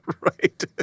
Right